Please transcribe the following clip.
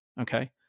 Okay